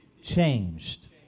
changed